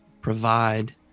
provide